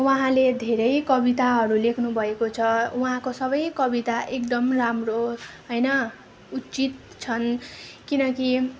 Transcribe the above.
उहाँले धेरै कविताहरू लेख्नु भएको छ उहाँको सबै कविता एकदम राम्रो होइन उचित छन् किनकि